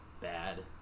bad